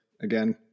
again